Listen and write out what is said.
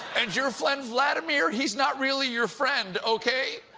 and your friend vladimir? he's not really your friend. okay?